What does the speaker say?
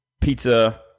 pizza